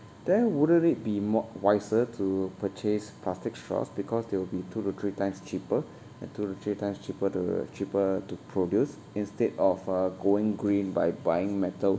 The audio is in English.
then wouldn't it be more wiser to purchase plastic straws because they will be two to three times cheaper and two to three times cheaper to cheaper to produce instead of uh going green by buying metal